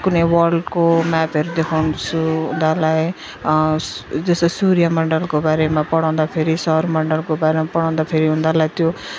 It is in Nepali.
कुनै वर्ल्डको म्यापहरू देखाउँछु उनीहरूलाई जस्तो सूर्यमन्डलको बारेमा पढाउँदा फेरि सौर्यमन्डलको बारेमा पढाउँदा फेरि उनीहरूलाई त्यो